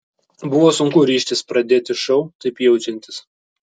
buvo sunku ryžtis pradėti šou taip jaučiantis